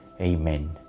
amen